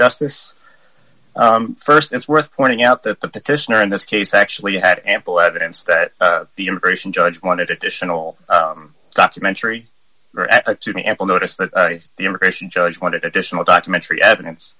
justice first it's worth pointing out that the petitioner in this case actually had ample evidence that the immigration judge wanted additional documentary to be ample notice that the immigration judge wanted additional documentary evidence